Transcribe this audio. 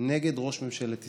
נגד ראש ממשלת ישראל.